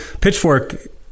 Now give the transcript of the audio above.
Pitchfork